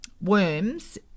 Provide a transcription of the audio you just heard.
worms